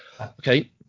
Okay